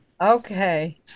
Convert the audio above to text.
Okay